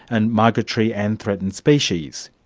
and migratory and threatened species.